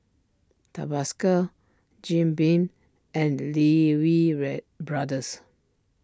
Tabasco Jim Beam and Lee Wee Brothers